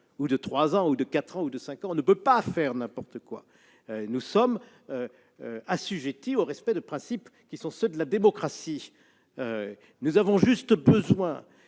de trois, de quatre ou de cinq ans. On ne peut pas faire n'importe quoi : nous sommes assujettis au respect de principes qui sont ceux de la démocratie ; nous avons juste besoin